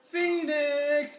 Phoenix